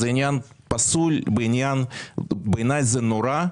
זה עניין פסול ובעיניי זה נורא.